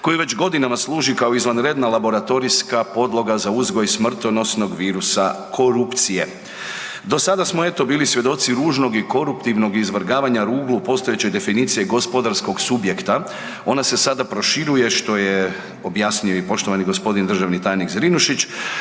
koji već godinama služi kao izvanredna laboratorijska podloga za uzgoj smrtonosnog virusa korupcije. Do sada smo eto bili svjedoci ružnog i koruptivnog izvrgavanja ruglu postojeće definicije gospodarskog subjekta, ona se sada proširuje što je objasnio i poštovani gospodin državni tajnik Zrinušić,